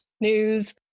news